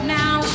now